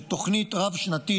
זו תוכנית רב-שנתית,